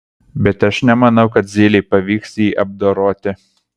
bet aš nemanau kad zylei pavyks jį apdoroti